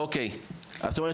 כל מסמך שתבקשו אני אעביר.